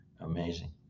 Amazing